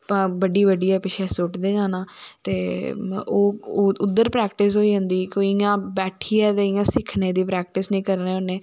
बड्डी बड्डियै पिच्छे सुटदे जाना तो ओहे उध्दर परैक्टिस होई जंदी कोई इयां बैठियै ते इयां सिक्खने दी परैक्टिस नी करने होन्ने